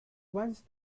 once